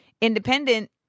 Independent